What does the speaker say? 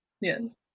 Yes